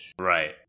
Right